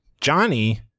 Johnny